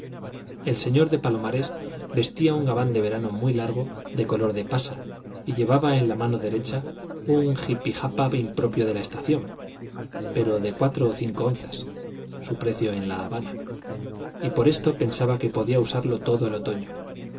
el señor de palomares vestía un gabán de verano muy largo de color de pasa y llevaba en la mano derecha un jipijapa impropio de la estación pero de cuatro o cinco onzas su precio en la habana y por esto pensaba que podía usarlo todo el otoño